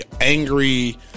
angry